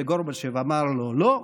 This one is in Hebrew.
וגורבצ'וב אמר לו: לא.